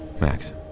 Max